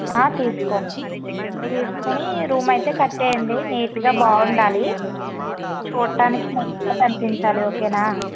తీసుకోండి తీసుకుని రూమ్ అయితే కట్టేయండి నీట్గా బాగుండాలి చూడడానికి మంచిగా కనిపించాలి ఓకేనా